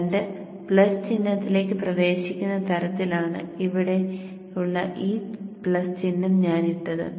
current plus ചിഹ്നത്തിലേക്ക് പ്രവേശിക്കുന്ന തരത്തിൽ ആണ് ഇവിടെയുള്ള ഈ പ്ലസ് ചിഹ്നം ഞാൻ ഇട്ടത്